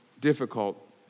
difficult